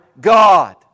God